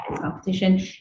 competition